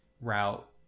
route